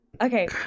Okay